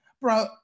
Bro